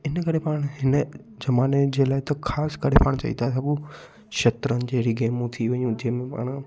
इन करे पाण हिन ज़माने जे लाइ त ख़ासि करे पाण चई था सघूं शतरंज जहिड़ी गेमूं थी वियूं जंहिंमें पाण